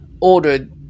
ordered